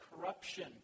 corruption